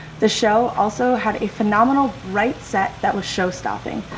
the show also had a phenomenal bright set that was show stopping.